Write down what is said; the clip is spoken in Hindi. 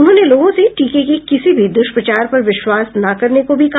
उन्होंने लोगों से टीके के किसी भी दुष्प्रचार पर विश्वास न करने को भी कहा